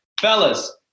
Fellas